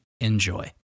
enjoy